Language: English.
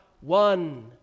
one